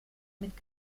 mit